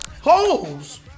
Holes